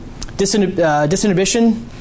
disinhibition